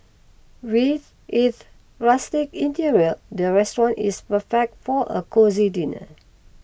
with its rustic interior the restaurant is perfect for a cosy dinner